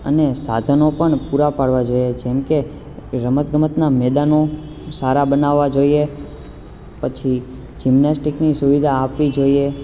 અને સાધનો પણ પૂરા પાડવા જોઈએ જેમકે રમત ગમતના મેદાનો સારા બનાવવા જોઈએ પછી જીમનેસ્ટીકની સુવિધા આપવી જોઈએ